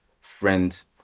friends